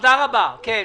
כן.